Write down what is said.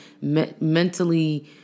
mentally